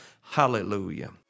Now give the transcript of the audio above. Hallelujah